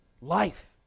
life